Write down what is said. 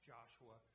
Joshua